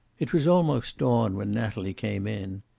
it was almost dawn when natalie came in.